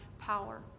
power